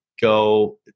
Go